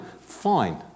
fine